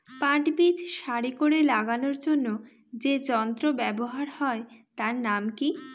পাট বীজ সারি করে লাগানোর জন্য যে যন্ত্র ব্যবহার হয় তার নাম কি?